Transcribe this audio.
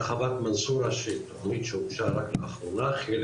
הרחבת מנסורה שזו תוכנית שהוגשה רק לאחרונה,